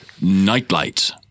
nightlight